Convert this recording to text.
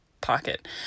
pocket